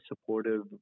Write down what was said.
supportive